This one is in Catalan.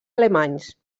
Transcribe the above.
alemanys